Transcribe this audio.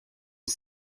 une